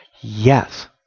Yes